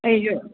ꯑꯩꯁꯨ